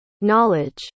knowledge